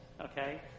Okay